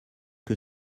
que